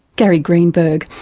gary greenberg,